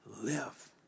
live